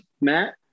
Matt